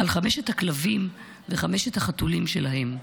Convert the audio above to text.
על חמשת הכלבים וחמשת החתולים שלהם.